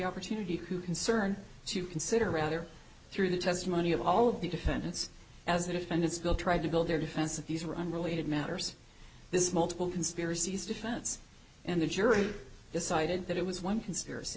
opportunity who concerned to consider rather through the testimony of all of the defendants as the defendant still tried to build their defense of these are unrelated matters this multiple conspiracies defense and a jury decided that it was one conspiracy